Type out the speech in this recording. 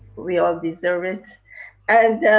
we all deserve it and.